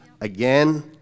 again